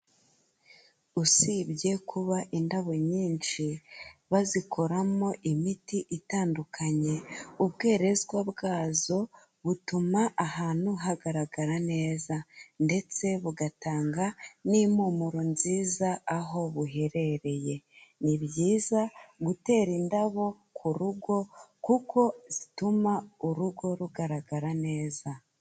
Usibye kuba indabo nyinshi, bazikoramo imiti itandukanye, ubwerezwa bwazo butuma ahantu hagaragara neza. Ndetse bugatanga n'impumuro nziza aho buherereye. Ni byiza gutera indabo ku rugo, kuko zituma urugo rugaragara neza.